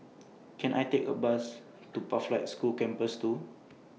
Can I Take A Bus to Pathlight School Campus two